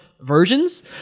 versions